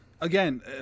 again